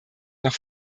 noch